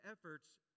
efforts